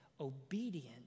obedient